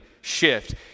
shift